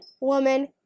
woman